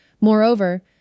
Moreover